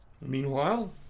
Meanwhile